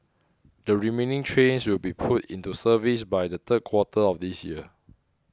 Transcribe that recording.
the remaining trains will be put into service by the third quarter of this year